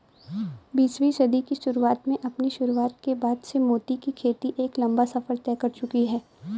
बीसवीं सदी की शुरुआत में अपनी शुरुआत के बाद से मोती की खेती एक लंबा सफर तय कर चुकी है